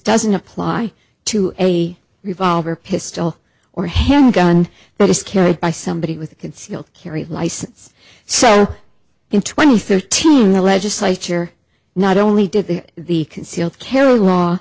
doesn't apply to a revolver pistol or a handgun that is carried by somebody with a concealed carry license so in twenty thirteen the legislature not only did the the concealed carry law